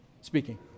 speaking